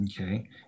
okay